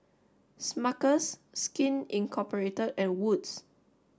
Smuckers Skin Incorporate and Wood's